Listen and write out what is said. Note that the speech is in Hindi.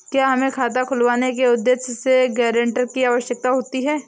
क्या हमें खाता खुलवाने के उद्देश्य से गैरेंटर की आवश्यकता होती है?